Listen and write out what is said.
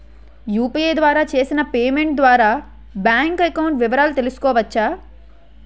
UPI ద్వారా చేసిన payment ద్వారా బ్యాంక్ అకౌంట్ వివరాలు తెలుసుకోవచ్చ?